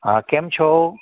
હા કેમ છો